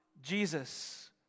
Jesus